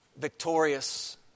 victorious